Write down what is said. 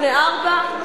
לפני ארבע?